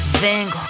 Vengo